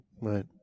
Right